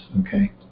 okay